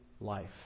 life